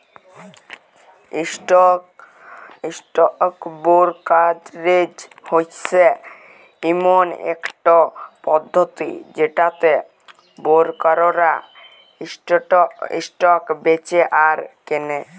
stock brokerage হচ্যে ইমন একট পধতি যেটতে বোরকাররা ইসটক বেঁচে আর কেলে